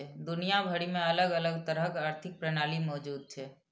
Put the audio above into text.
दुनिया भरि मे अलग अलग तरहक आर्थिक प्रणाली मौजूद छै